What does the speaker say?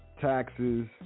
taxes